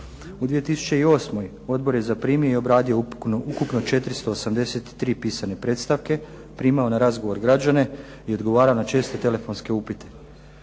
U 2008. odbor je zaprimio i obradio ukupno 483 pisane predstavke, primao na razgovor građane i odgovarao na česte telefonske upite.